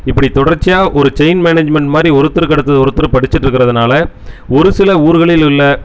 இப்படி தொடர்ச்சியா ஒரு செயின் மேனேஜ்மெண்ட் மாதிரி ஒருத்தருக்கு அடுத்து ஒருத்தர் படிச்சுட்டு இருக்கிறதுனால ஒரு சில ஊர்களிலுள்ள